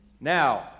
Now